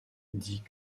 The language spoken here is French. dit